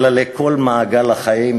אלא לכל מעגל החיים,